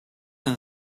and